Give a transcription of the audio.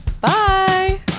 Bye